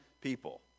people